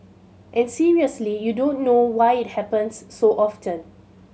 and seriously you don't know why it happens so often